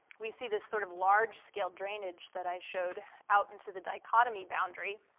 we see this sort of large-scale drainage that i showed out into the dichotomy boundary